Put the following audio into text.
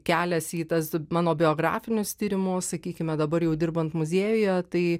kelias į tas mano biografinius tyrimus sakykime dabar jau dirbant muziejuje tai